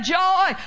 joy